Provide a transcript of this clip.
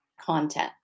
content